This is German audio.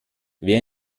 wer